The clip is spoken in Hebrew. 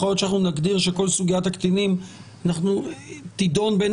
יכול להיות שנגדיר שכל סוגיית הקטינים תידון בין